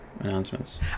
announcements